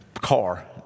car